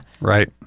Right